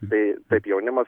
jauni žmonės